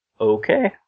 Okay